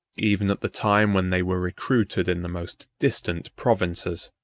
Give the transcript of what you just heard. even at the time when they were recruited in the most distant provinces,